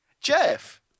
Jeff